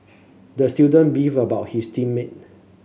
the student beefed about his team mate